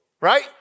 right